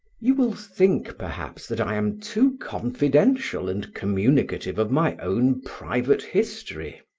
you will think perhaps that i am too confidential and communicative of my own private history.